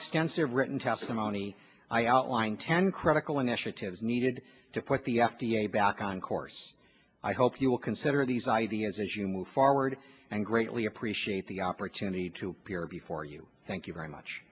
extensive written testimony i outline ten critical initiatives needed to put the f d a back on course i hope you will consider these ideas as you move forward and greatly appreciate the opportunity to appear before you thank you very much